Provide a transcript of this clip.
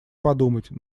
подумать